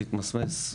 זה התמסמס,